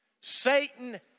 Satan